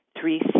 Three